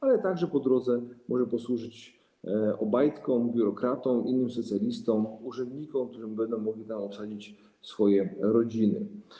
Ale po drodze może także posłużyć Obajtkom, biurokratom, innym socjalistom, urzędnikom, którzy będą mogli tam wsadzić swoje rodziny.